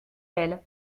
belle